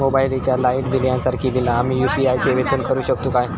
Mobile recharge, light bill यांसारखी बिला आम्ही यू.पी.आय सेवेतून करू शकतू काय?